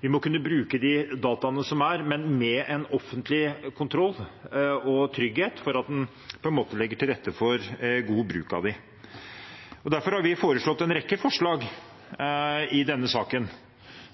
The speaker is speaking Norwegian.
vi må kunne bruke de dataene som er, men med en offentlig kontroll og trygghet for at en legger til rette for god bruk av dem. Derfor har vi en rekke forslag i denne saken